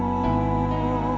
for